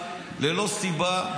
ללא סיבה,